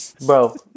Bro